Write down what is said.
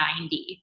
90